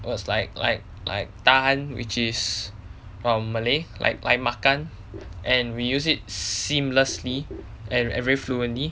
words like like like tahan which is err malay like like makan and we use it seamlessly and very fluently